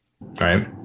Right